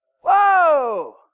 whoa